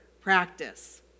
practice